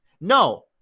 No